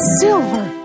silver